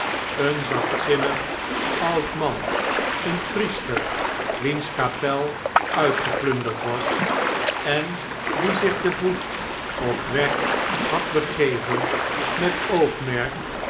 een zachtzinnig oud man een priester wiens kapel uitgepunderd was en die zich te voet op weg had begeven met oogmerk